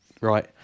right